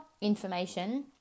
information